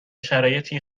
شرایطی